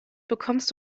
bekommst